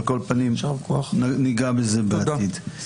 על כל פנים, ניגע בכך בעתיד.